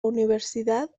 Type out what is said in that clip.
universidad